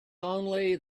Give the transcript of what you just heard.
only